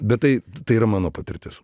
bet tai tai yra mano patirtis